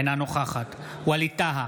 אינה נוכחת ווליד טאהא,